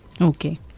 Okay